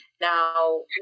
Now